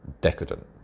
decadent